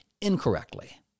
incorrectly